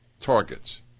targets